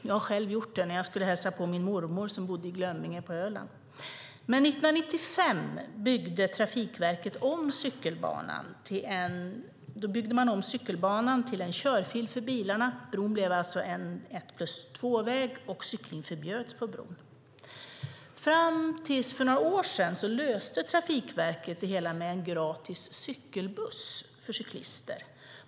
Jag har själv gjort det när jag skulle hälsa på min mormor som bodde i Glömminge på Öland. Men 1995 byggde Trafikverket om cykelbanan till en körfil för bilar. Bron blev alltså en två-plus-ett-väg, och cykling förbjöds på bron. Fram tills för några år sedan löste Trafikverket det hela med gratis cykelbuss för cyklister.